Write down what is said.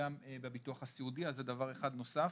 וגם בביטוח הסיעודי, אז זה דבר אחד נוסף.